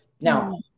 Now